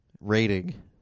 rating